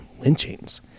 lynchings